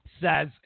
says